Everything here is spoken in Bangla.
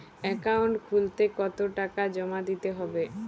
অ্যাকাউন্ট খুলতে কতো টাকা জমা দিতে হবে?